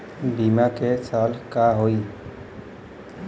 बीमा क साल क होई?